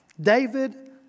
David